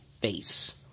Face